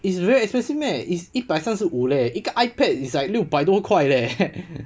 it's very expensive meh it's 一百三十五 leh 一个 iPad is like 六百多块 leh